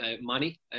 money